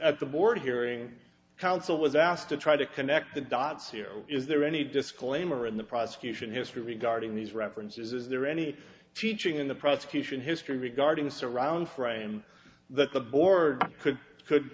and the board hearing council was asked to try to connect the dots here is there any disclaimer in the prosecution history regarding these references is there any teaching in the prosecution history regarding surround frame that the board could could